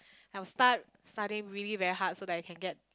I will start studying really very hard so that I can get